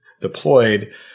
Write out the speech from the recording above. deployed